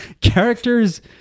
characters